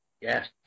Yes